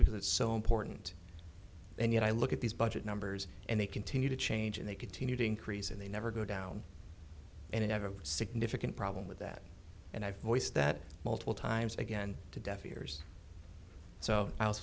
because it's so important and yet i look at these budget numbers and they continue to change and they continue to increase and they never go down and i have a significant problem with that and i voiced that multiple times again to deaf ears so i was